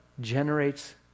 generates